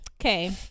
okay